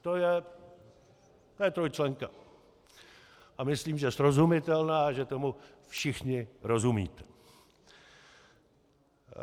To je trojčlenka a myslím, že srozumitelná a že tomu všichni rozumíte.